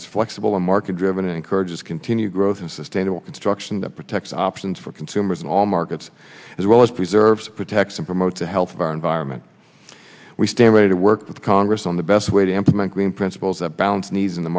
is flexible and market driven encourages continued growth and sustainable construction that protects options for consumers in all markets as well as preserve protect and promote the health of our environment we stand ready to work with congress on the best way to implement green principles a balance needs in the